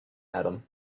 adam